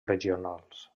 regionals